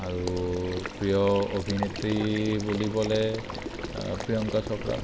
আৰু প্ৰিয় অভিনেত্ৰী বুলিবলৈ প্ৰিয়ংকা চোপ্ৰা